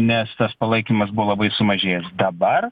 nes tas palaikymas buvo labai sumažėjęs dabar